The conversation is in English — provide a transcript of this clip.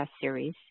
series